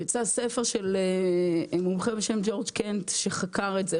יצא ספר של מומחה בשם ג'ורג' קנט שחקר את זה,